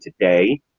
today